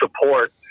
support